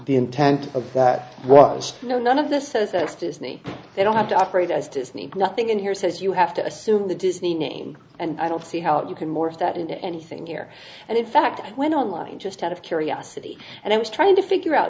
the intent of that was you know none of this says that it's disney they don't have to operate as disney nothing in here says you have to assume the disney name and i don't see how you can morph that into anything here and in fact i went online just out of curiosity and i was trying to figure out